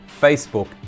Facebook